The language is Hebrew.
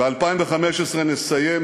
ב-2015 נסיים,